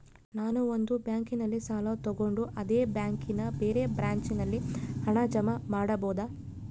ನಾನು ಒಂದು ಬ್ಯಾಂಕಿನಲ್ಲಿ ಸಾಲ ತಗೊಂಡು ಅದೇ ಬ್ಯಾಂಕಿನ ಬೇರೆ ಬ್ರಾಂಚಿನಲ್ಲಿ ಹಣ ಜಮಾ ಮಾಡಬೋದ?